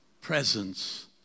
presence